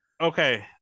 okay